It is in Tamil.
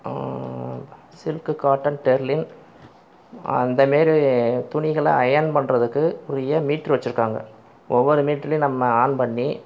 சில்க் காட்டன் டெர்லிங் அந்த மாரி துணிகளை அயர்ன் பண்ணறதுக்கு உரிய மீட்டர் வைத்திருக்காங்க ஒவ்வொரு மீட்டருலேயும் நம்ம ஆன் பண்ணி